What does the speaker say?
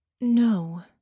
No